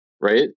right